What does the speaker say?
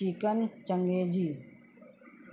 chicken changezi